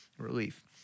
relief